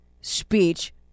speech